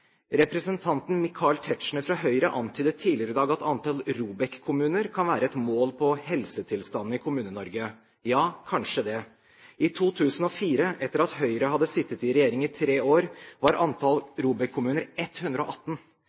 Representanten Michael Tetzschner fra Høyre antydet tidligere i dag at antall ROBEK-kommuner kan være et mål på helsetilstanden i Kommune-Norge – ja, kanskje det. I 2004, etter at Høyre hadde sittet i regjering i tre år, var antall ROBEK-kommuner 118,